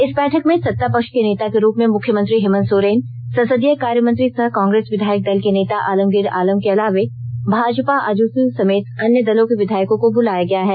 इस बैठक में सत्ता पक्ष के नेता के रूप में मुख्यंत्री हेमंत सोरेन संसदीय कार्यमंत्री सह कांग्रेस विधायक दल के नेता आलमगीर आलम के अलावे भाजपा आजसू समेत अन्य विधायकों को बुलाया गया है